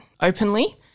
openly